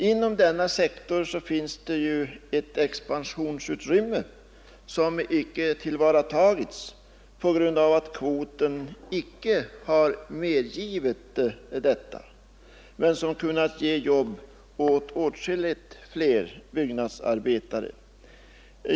Inom denna sektor finns ett expansionsutrymme, som icke tillvaratagits på grund av att kvoten icke har medgivit detta men som kunnat ge jobb åt åtskilligt fler byggnadsarbetare än nu är fallet.